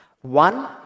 one